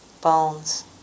bones